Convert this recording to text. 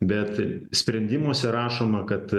bet sprendimuose rašoma kad